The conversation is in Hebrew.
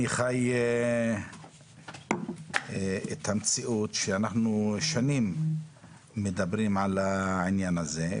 אני חי את המציאות שאנחנו שנים מדברים על העניין הזה,